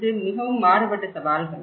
இது மிகவும் மாறுபட்ட சவால்கள்